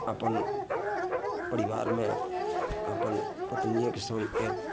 अपन परिवारमे अपन पत्नियेके सङ्ग एक